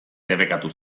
debekatu